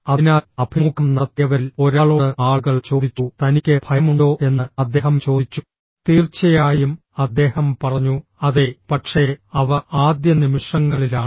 അതിനാൽ അഭിമുഖം നടത്തിയവരിൽ ഒരാളോട് ആളുകൾ ചോദിച്ചു തനിക്ക് ഭയമുണ്ടോ എന്ന് അദ്ദേഹം ചോദിച്ചു തീർച്ചയായും അദ്ദേഹം പറഞ്ഞു അതെ പക്ഷേ അവ ആദ്യ നിമിഷങ്ങളിലാണ്